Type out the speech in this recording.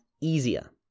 easier